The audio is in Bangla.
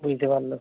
বুঝতে পারল